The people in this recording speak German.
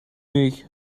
nicht